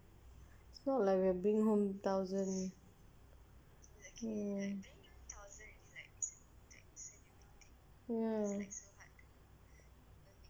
it's not like we'll bring home thousand mm ya